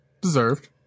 Deserved